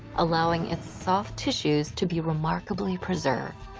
allowing its soft tissues to be remarkably preserved.